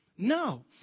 No